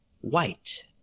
White